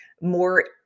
more